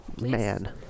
man